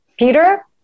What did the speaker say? Peter